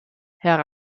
herr